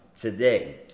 today